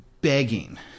begging